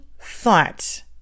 thought